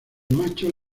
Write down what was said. machos